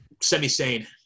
semi-sane